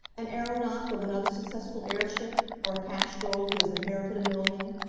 an aeronaut with another successful airship? or a cash girl who has inherited a million?